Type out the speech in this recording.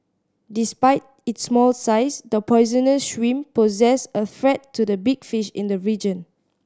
despite its small size the poisonous shrimp poses a threat to the big fish in the region